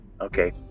Okay